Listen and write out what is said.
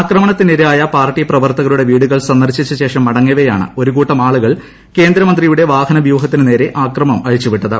ആക്രമണത്തിനിരയായ party പ്രവർത്തകരുടെ വീടുകൾ സന്ദർശിച്ച ശേഷം മടങ്ങവെയാണ് ഒരുകൂട്ടം ആളുകൾ കേന്ദ്രമന്ത്രിയുടെ വാഹനവ്യൂഹത്തിനു നേരെ അക്രമം അഴിച്ചു വിട്ടത്